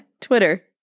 Twitter